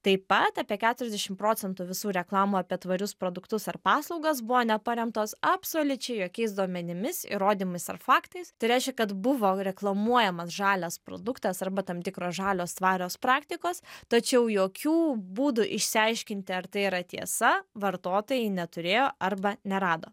taip pat apie keturiasdešim procentų visų reklamų apie tvarius produktus ar paslaugas buvo neparemtos absoliučiai jokiais duomenimis įrodymais ar faktais tai reiškia kad buvo reklamuojamas žalias produktas arba tam tikros žalios tvarios praktikos tačiau jokių būdų išsiaiškinti ar tai yra tiesa vartotojai neturėjo arba nerado